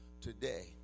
today